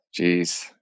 Jeez